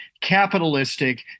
capitalistic